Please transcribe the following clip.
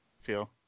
feel